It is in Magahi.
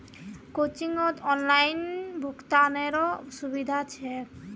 कोचिंगत ऑनलाइन भुक्तानेरो सुविधा छेक